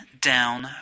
Down